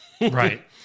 Right